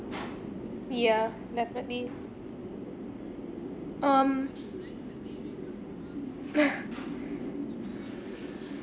yeah definitely um